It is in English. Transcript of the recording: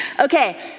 Okay